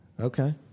Okay